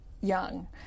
young